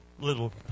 little